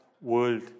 world